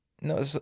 No